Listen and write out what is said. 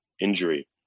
injury